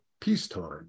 peacetime